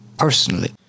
Personally